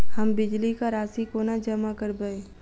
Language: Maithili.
हम बिजली कऽ राशि कोना जमा करबै?